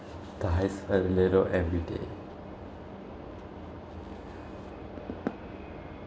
the everyday